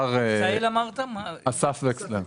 של רעידות אדמה.